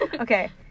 Okay